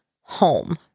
home